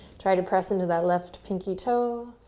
try to press into that left pinky toe.